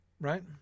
right